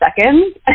seconds